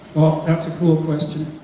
well, that's a cool question,